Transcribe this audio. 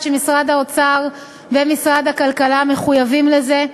שמשרד האוצר ומשרד הכלכלה מחויבים לזה,